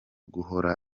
guhora